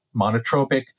monotropic